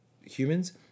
humans